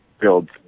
build